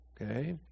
Okay